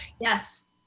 Yes